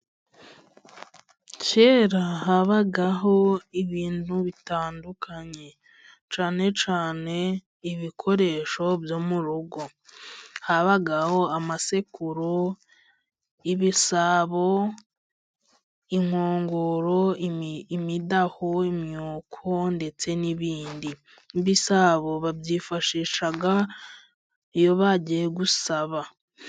Kera habagaho ibintu bitandukanye cyane cyane ibikoresho byo mu rugo habagaho amasekuru ,ibisabo, inkongoro, imidaho, imyuko ndetse n'ibindi. Ibisabo babyifashisha iyo bagiye gusaba.